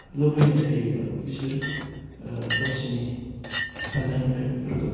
लुबैनाय थायोब्लाबो बिसोरो गावसिनि सान्नाय हनाय बेफोरखौ